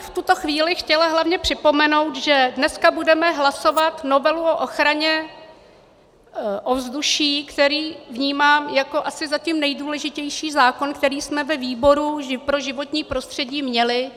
V tuto chvíli bych chtěla hlavně připomenout, že dneska budeme hlasovat novelu o ochraně ovzduší, kterou vnímám jako asi zatím nejdůležitější zákon, který jsme ve výboru pro životní prostředí měli.